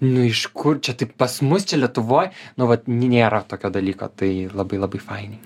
nu iš kur čia taip pas mus čia lietuvoj nu vat nėra tokio dalyko tai labai labai fainiai